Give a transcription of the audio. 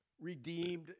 redeemed